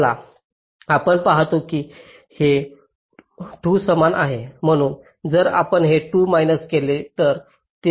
तर आपण पाहतो की हे 2 समान आहेत म्हणून जर आपण हे 2 मैनास केले तर ते शून्य होईल